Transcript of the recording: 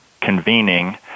convening